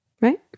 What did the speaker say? Right